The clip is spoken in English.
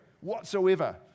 whatsoever